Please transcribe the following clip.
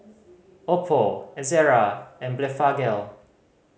Oppo Ezerra and Blephagel